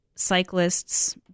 Cyclists